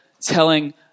telling